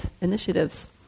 initiatives